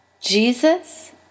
Jesus